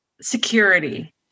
security